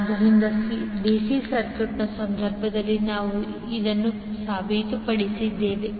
ಆದ್ದರಿಂದ DC ಸರ್ಕ್ಯೂಟ್ನ ಸಂದರ್ಭದಲ್ಲಿ ನಾವು ಇದನ್ನು ಸಾಬೀತುಪಡಿಸಿದ್ದೇವೆ